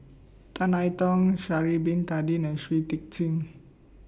Tan I Tong Sha'Ari Bin Tadin and Shui Tit Sing